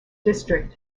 district